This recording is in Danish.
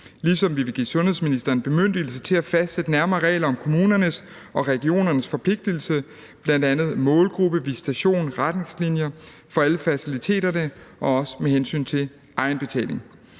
ligesom vi vil give sundhedsministeren bemyndigelse til at fastsætte nærmere regler om kommunernes og regionernes forpligtigelser, bl.a. om målgruppe, visitation, retningslinjer for alle faciliteterne og også med hensyn til egenbetaling.